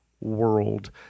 world